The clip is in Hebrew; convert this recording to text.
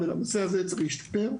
אבל הנושא הזה צריך להשתפר.